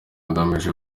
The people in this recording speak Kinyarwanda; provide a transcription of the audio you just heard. agamije